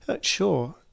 sure